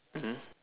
mmhmm